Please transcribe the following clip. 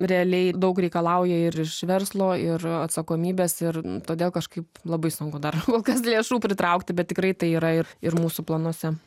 realiai daug reikalauja ir iš verslo ir atsakomybės ir todėl kažkaip labai sunku dar kol kas lėšų pritraukti bet tikrai tai yra ir ir mūsų planuose